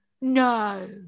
No